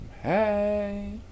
Hey